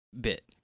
bit